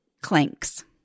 clanks